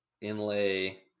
inlay